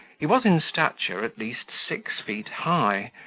he was in stature at least six feet high,